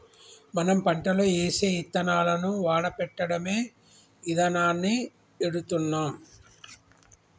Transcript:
మనం పంటలో ఏసే యిత్తనాలను వాడపెట్టడమే ఇదానాన్ని ఎడుతున్నాం